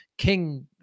king